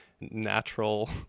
natural